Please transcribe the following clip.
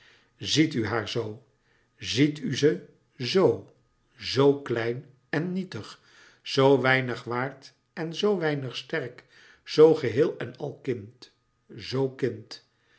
ziet u haar zoo ziet u ze zoo zoo klein en nietig zoo weinig waard en zoo weinig sterk zoo geheel en al kind zoo kind